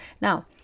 now